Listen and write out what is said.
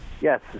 Yes